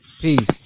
peace